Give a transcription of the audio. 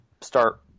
start